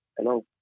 Hello